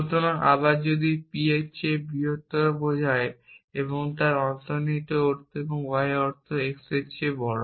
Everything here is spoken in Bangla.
সুতরাং আবার যদি p এর চেয়ে বৃহত্তর বোঝায় এবং এর অন্তর্নিহিত অর্থ এবং y এর অর্থ x এর চেয়ে বড়